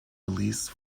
release